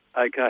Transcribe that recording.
Okay